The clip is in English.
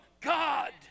God